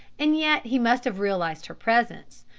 and yet he must have realised her presence,